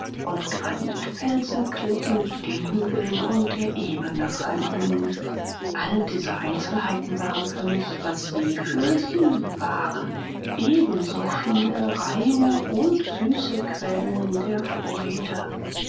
und granitfelsenklippen den hügeln und der ebene verliehen all diese einzelheiten waren für mich was sie für sie waren ebensoviele reine und süße quellen der freude